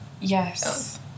yes